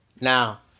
Now